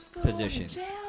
positions